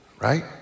right